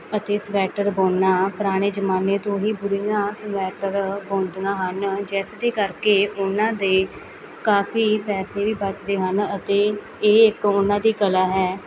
ਅਤੇ ਸਵੈਟਰ ਬੁਣਨਾ ਪੁਰਾਣੇ ਜ਼ਮਾਨੇ ਤੋਂ ਹੀ ਬੁੜੀਆ ਸਵੈਟਰ ਬੁਣਦੀਆ ਹਨ ਜਿਸ ਦੇ ਕਰਕੇ ਉਹਨਾਂ ਦੇ ਕਾਫ਼ੀ ਪੈਸੇ ਵੀ ਬਚਦੇ ਹਨ ਅਤੇ ਇਹ ਇੱਕ ਉਹਨਾਂ ਦੀ ਕਲਾ ਹੈ